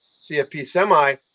CFP-semi